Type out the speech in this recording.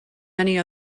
many